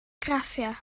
graffiau